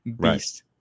beast